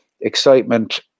excitement